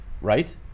Right